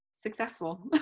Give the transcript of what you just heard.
successful